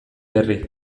berri